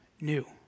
new